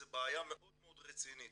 זו בעיה מאוד רצינית.